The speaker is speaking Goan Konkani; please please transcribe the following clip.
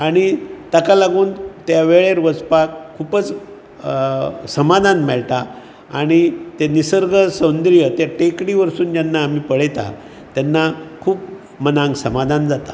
आनी ताका लागून त्या वेळेर वचपाक खूबच समाधान मेळटा आनी ते निसर्ग सोंदर्य ते टेकडी वरसून जेन्ना आमी पळयता तेन्ना खूब मनाक समाधान जाता